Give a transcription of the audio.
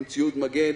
עם ציוד מגן.